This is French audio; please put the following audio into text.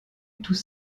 tous